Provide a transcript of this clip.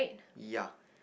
yeah